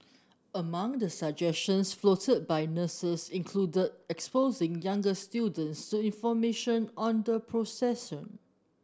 among the suggestions floated by nurses included exposing younger students to information on the procession